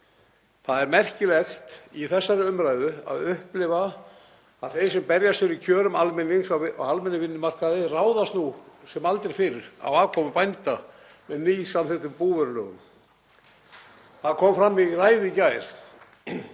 Það er merkilegt í þessari umræðu að upplifa að þeir sem berjast fyrir kjörum almennings á almennum vinnumarkaði ráðast nú sem aldrei fyrr á afkomu bænda með nýsamþykktum búvörulögum. Það kom fram í ræðu í gær